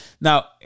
Now